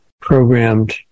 programmed